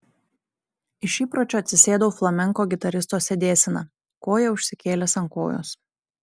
iš įpročio atsisėdau flamenko gitaristo sėdėsena koją užsikėlęs ant kojos